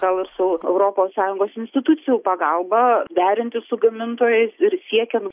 gal ir su europos sąjungos institucijų pagalba derintis su gamintojais ir siekiant